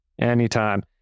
anytime